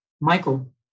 Michael